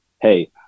Hey